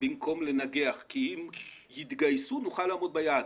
במקום לנגח כי אם יתגייסו, נוכל לעמוד ביעד.